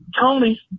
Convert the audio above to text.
Tony